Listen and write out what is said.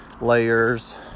layers